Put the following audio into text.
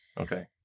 Okay